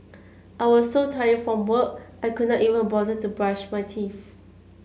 I was so tired from work I could not even bother to brush my teeth